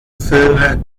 filme